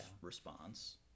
response